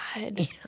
God